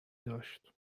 داشت